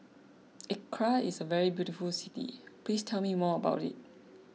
Accra is a very beautiful city Please tell me more about it